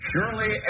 Surely